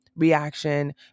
reaction